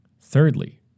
Thirdly